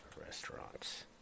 Restaurants